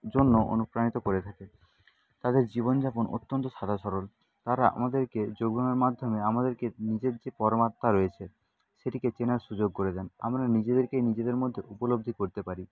জন্য অনুপ্রাণিত করে থাকে তাদের জীবন যাপন অত্যন্ত সাধা সরল তারা আমাদেরকে যোগব্যায়ামের মাধ্যমে আমাদেরকে নিজের যে পরমাত্মা রয়েছে সেটিকে চেনার সুযোগ করে দেন আমরা নিজেদেরকেই নিজেদের মধ্যে উপলব্ধি করতে পারি